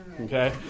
okay